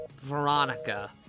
Veronica